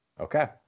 Okay